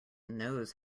knows